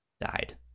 died